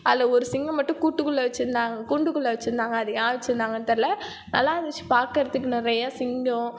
அதில் ஒரு சிங்கம் மட்டும் கூட்டுக்குள்ளே வச்சுருந்தாங்க கூண்டுக்குள்ள வச்சுருந்தாங்க அது ஏன் வச்சுருந்தாங்கன்னு தெரியலை நல்லா இருந்துச்சு பார்க்குறதுக்கு நிறைய சிங்கம்